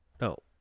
No